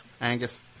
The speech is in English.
Angus